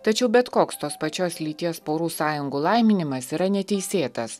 tačiau bet koks tos pačios lyties porų sąjungų laiminimas yra neteisėtas